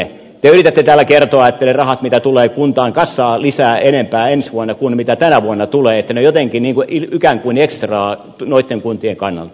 te yritätte täällä kertoa että ne rahat mitä tulee kunnan kassaan lisää enemmän ensi vuonna kuin mitä tänä vuonna tulee ovat jotenkin ikään kuin ekstraa noitten kuntien kannalta